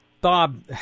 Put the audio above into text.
Bob